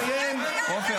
------ תודה.